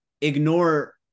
ignore